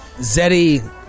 Zeddy